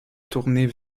tournées